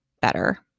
better